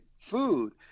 food